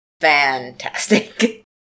Fantastic